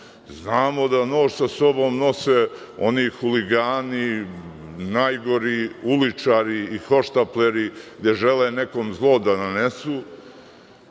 Znamo da nož sa sobom nose oni huligani, najgori uličari i hohštapleri gde žele nekom zlo da nanesu.